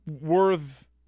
worth